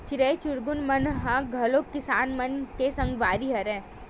चिरई चिरगुन मन ह घलो किसान मन के संगवारी हरय